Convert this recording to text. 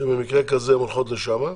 שבמקרה כזה הן הולכות לשם.